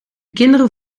kinderen